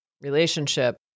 relationship